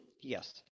Yes